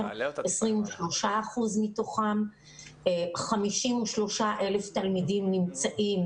23% מתוכם כ-53,000 תלמידים נמצאים.